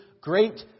great